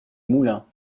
moulins